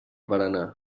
berenar